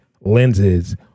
lenses